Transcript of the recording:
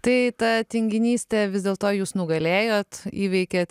tai ta tinginystė vis dėl to jūs nugalėjot įveikėt